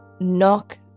knock